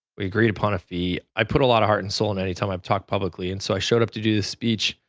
we agreed upon a fee. i put a lot of heart and soul and every time i talk publicly, and so i showed up to do a speech.